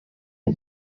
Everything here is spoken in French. est